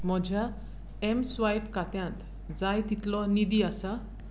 म्हज्या एमस्वायप खात्यांत जाय तितलो निधी आसा